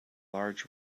large